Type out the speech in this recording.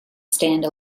stand